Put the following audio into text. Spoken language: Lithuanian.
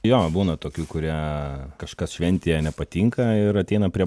jo būna tokių kurie kažkas šventėje nepatinka ir ateina prie